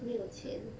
没有钱